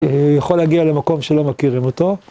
יכול להגיע למקום שלא מכירים אותו.